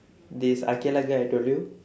this aqilah girl I told you